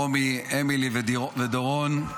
אמילי ודורון,